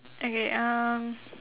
okay um